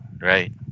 right